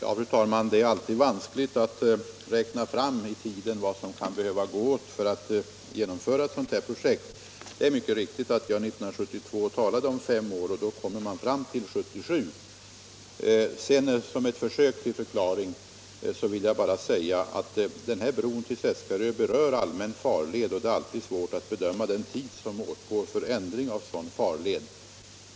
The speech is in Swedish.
Fru talman! Det är alltid vanskligt att räkna fram hur lång tid som kan behöva gå åt för att genomföra ett sådant här projekt. Det är riktigt att jag 1972 talade om fem år, och då kommer man fram till 1977. Som ett försök till förklaring vill jag bara säga att bron till Seskarö berör allmän farled, och det är alltid svårt att bedöma den tid som åtgår för förändring av sådan farled.